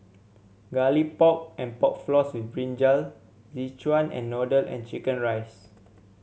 Garlic Pork and Pork Floss with brinjal Szechuan Noodle and chicken rice